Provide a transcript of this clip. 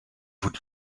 would